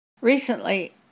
Recently